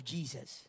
Jesus